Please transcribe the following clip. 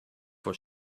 for